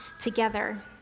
together